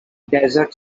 desert